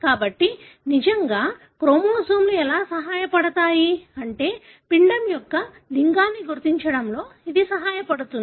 కాబట్టి నిజంగా క్రోమోజోములు ఎలా సహాయపడతాయి అంటే పిండం యొక్క లింగాన్ని గుర్తించడంలో ఇది సహాయపడుతుంది